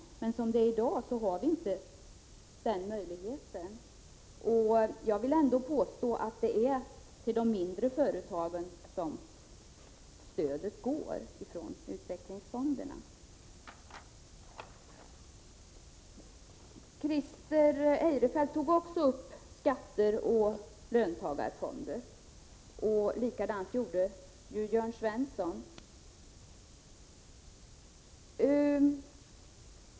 Men som läget är i dag har vi inte denna möjlighet. Jag vill ändå påstå att stödet från utvecklingsfonderna går till de mindre företagen. Christer Eirefelt tog upp skatter och löntagarfonder, och det gjorde även Jörn Svensson.